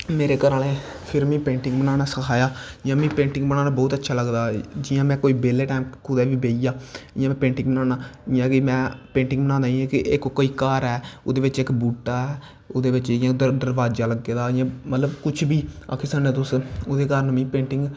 मेरे घर आह्लैं मिगी पेंटिंग करना सखाया जियां मिगी पेंटिंग बनाना बौह्त अच्छा लगदा जियां में बेह्लै टाईम कुदै बी बेहिया जियां में पेंटिंग बनानां जियां में पेंटिंग बनांदा जियां इक कोई घर ऐ ओह्दे बिच्च इक बूह्टा ओह्दै बिच्च दरवाजा लग्गे दा मतलव कुश बी आक्खी सकने तुस ओह्दे कारन मिगी पेंटिंग